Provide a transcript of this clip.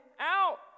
out